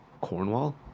Cornwall